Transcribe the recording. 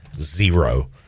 zero